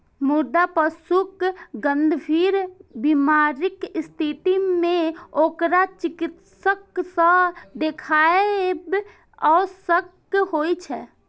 मुदा पशुक गंभीर बीमारीक स्थिति मे ओकरा चिकित्सक सं देखाएब आवश्यक होइ छै